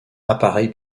appareil